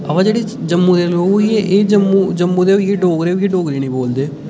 अमां जेह्ड़े जम्मू दे लोक होई गे एह् जम्मू जम्मू दे होइयै डोगरे बी डोगरी नेईं बोलदे